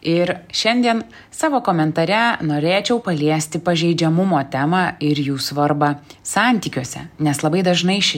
ir šiandien savo komentare norėčiau paliesti pažeidžiamumo temą ir jų svarbą santykiuose nes labai dažnai ši